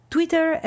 Twitter